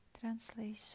Translation